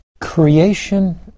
Creation